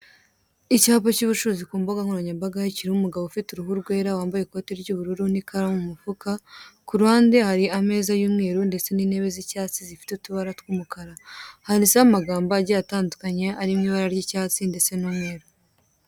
Icyapa cy'ubucuruzi ku mbuga nkoranyambaga kiriho umugabo ufite uruhu rwera wambaye ikoti ry'ubururu n'ikaramu mu mufuka, ku ruhande hari ameza y'umweru ndetse n'intebe z'icyatsi zifite utubara tw'umukara, handitseho amagambo agiye atandukanye ari mu ibara ry'icyatsi ndetse n'umweru.